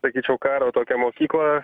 sakyčiau karo tokią mokyklą